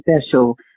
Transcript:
special